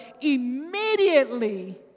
immediately